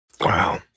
Wow